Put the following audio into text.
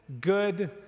good